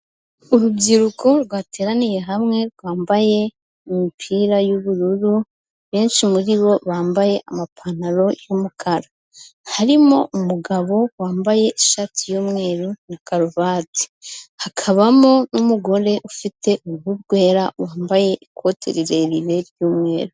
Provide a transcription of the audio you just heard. Urubyiruko rwateraniye hamwe, rwambaye imipira y'ubururu, benshi muribo bambaye amapantaro y'umukara, harimo umugabo wambaye ishati y'umweru na karuvati, hakabamo n'umugore ufite uruhu rwera wambaye ikote rirerire ry'umweru.